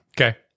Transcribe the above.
Okay